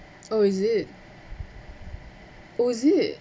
oh is it oh is it